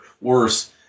worse